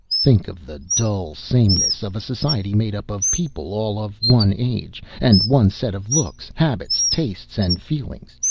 think of the dull sameness of a society made up of people all of one age and one set of looks, habits, tastes and feelings.